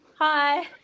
Hi